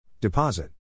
Deposit